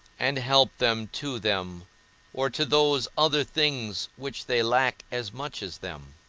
and help them to them or to those other things which they lack as much as them.